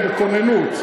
הם בכוננות.